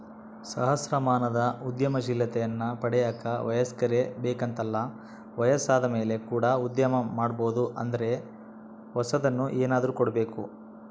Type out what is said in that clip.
ಸಹಸ್ರಮಾನದ ಉದ್ಯಮಶೀಲತೆಯನ್ನ ಪಡೆಯಕ ವಯಸ್ಕರೇ ಬೇಕೆಂತಲ್ಲ ವಯಸ್ಸಾದಮೇಲೆ ಕೂಡ ಉದ್ಯಮ ಮಾಡಬೊದು ಆದರೆ ಹೊಸದನ್ನು ಏನಾದ್ರು ಕೊಡಬೇಕು